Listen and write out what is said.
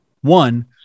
One